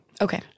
Okay